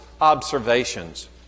observations